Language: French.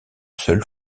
seule